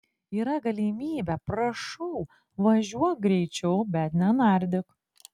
yra galimybė prašau važiuok greičiau bet nenardyk